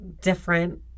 different